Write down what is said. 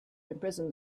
imprison